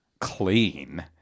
clean